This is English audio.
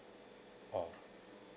oh